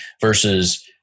versus